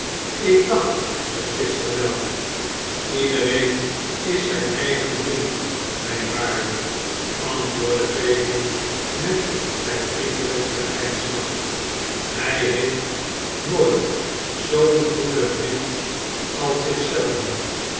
ik dacht het gisteren wel iedereen is zijn eigen vriend mijn waarde antwoordde fagin met zijn vriendelijksten grijnslach hij heeft nooit zoo'n goeden vriend als